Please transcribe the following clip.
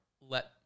let